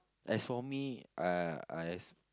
as for me I I